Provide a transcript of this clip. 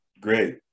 Great